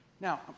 Now